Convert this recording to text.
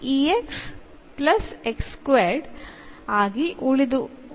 ഈ വശം ആയിരിക്കും